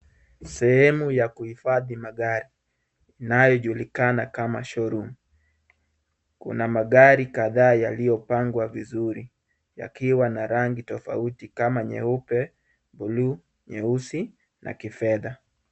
Sehemu ya kuhifadhi magari inayojulikana kama showroom . Kuna magari kadhaa yaliyopangwa vizuri. Yakiwa na rangi tofauti kama nyeupe, buluu, nyeusi na kifedha.